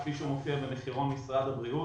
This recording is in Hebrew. כפי שהוא מופיע במחירון משרד הבריאות.